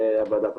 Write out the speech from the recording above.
והוועדה תחליט.